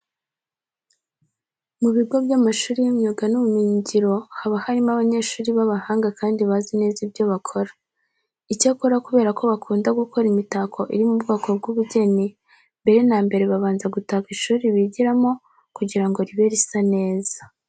Mu bigo by'amashuri y'imyuga n'ubumenyingiro haba harimo abanyeshuri b'abahanga kandi bazi neza ibyo bakora. Icyakora kubera ko bakunda gukora imitako iri mu bwoko bw'ubugeni, mbere na mbere babanza gutaka ishuri bigiramo kugira ngo ribe risa neza.